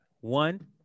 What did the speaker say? one